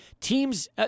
teams